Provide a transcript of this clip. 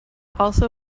also